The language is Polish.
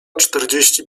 czterdzieści